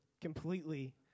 completely